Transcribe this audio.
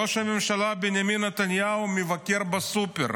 ראש הממשלה בנימין נתניהו מבקר בסופר,